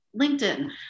LinkedIn